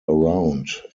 around